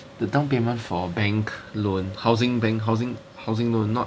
the down payment for bank loan housing bank housing loan not